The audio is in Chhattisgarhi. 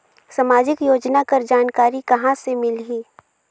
समाजिक योजना कर जानकारी कहाँ से मिलही?